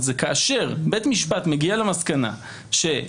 זה שכאשר בית משפט מגיע למסקנה שהוא